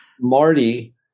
Marty